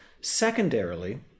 Secondarily